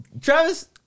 Travis